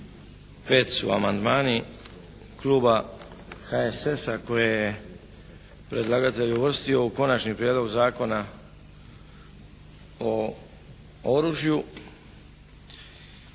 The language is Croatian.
su amandmani kluba HSS-a koje je predlagatelj uvrstio u Konačni prijedlog Zakona o oružju